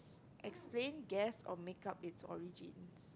explain guess or make up it's origins